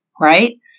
right